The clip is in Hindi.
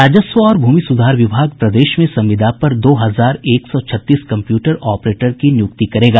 राजस्व और भूमि सुधार विभाग प्रदेश में संविदा पर दो हजार एक सौ छत्तीस कम्प्यूटर ऑपरेटर की नियुक्ति करेगा